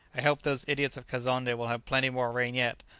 i hope those idiots of kazonnde will have plenty more rain yet!